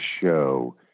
show